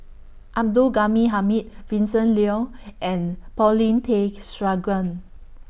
Abdul Ghani Hamid Vincent Leow and Paulin Tay Straughan